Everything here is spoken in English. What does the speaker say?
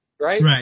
right